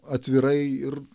atvirai ir